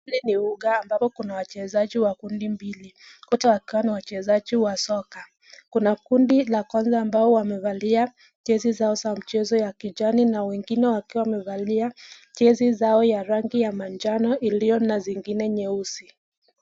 Huu ni uga ambapo kuna wachezaji wa kundi mbili, wote wakiwa ni wachezaji wa soka. Kuna kundi la kwanza ambao wamevalia jezi zao za mchezo ya kijani na wengine wakiwa wamevalia jezi zao ya rangi ya manjano iliyo na zingine nyeusi.